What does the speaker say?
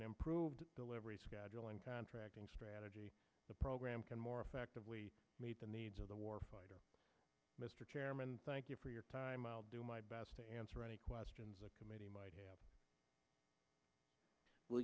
an improved delivery schedule and contracting strategy the program can more effectively meet the needs of the war fighter mr chairman thank you for your time i'll do my best to answer any questions a committee might have will